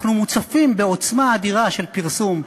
אנחנו מוצפים בעוצמה אדירה של פרסום,